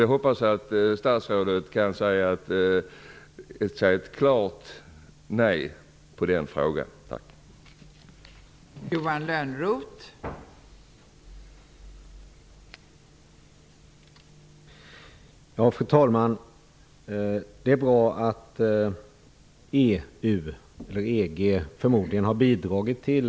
Jag hoppas att statsrådet kan säga att svaret på den frågan är ett klart nej.